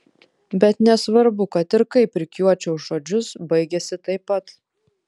bet nesvarbu kad ir kaip rikiuočiau žodžius baigiasi taip pat